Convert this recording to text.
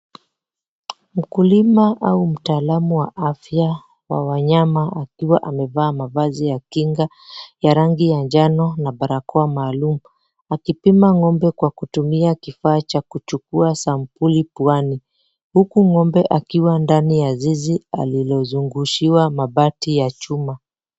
Mkulima au mtaalamu wa afya wa wanyama akiwa amevaa mavazi ya kinga ya rangi ya njano na barakoa maalum akipima ng'ombe kwa kutumia kifaa cha kuchukua sampuli puani huku ng'ombe akiwa ndani ya zizi alilozungushiwa mabati ya chuma.